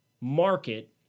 market